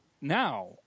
now